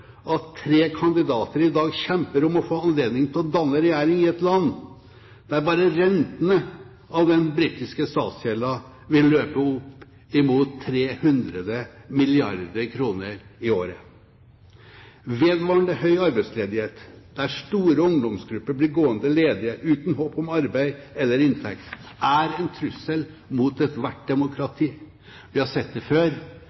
at tre kandidater i dag kjemper om å få anledning til å danne regjering i dette landet – bare rentene av den britiske statsgjelden vil løpe opp imot 300 milliarder kr i året. Vedvarende høy arbeidsledighet, store ungdomsgrupper som blir gående ledige uten håp om arbeid eller inntekt, er en trussel mot ethvert demokrati. Vi har sett det før: